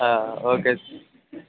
ఆ ఓకే